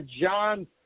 John